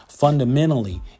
Fundamentally